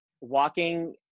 walking